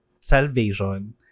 salvation